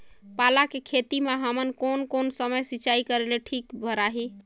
पाला के खेती मां हमन कोन कोन समय सिंचाई करेले ठीक भराही?